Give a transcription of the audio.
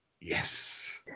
Yes